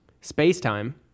Space-time